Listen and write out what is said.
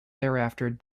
thereafter